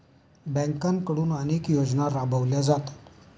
बँकांकडून अनेक योजना राबवल्या जातात